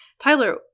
Tyler